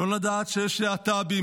לא לדעת שיש להט"בים,